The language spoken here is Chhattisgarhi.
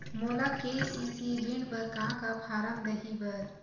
मोला के.सी.सी ऋण बर का का फारम दही बर?